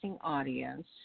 audience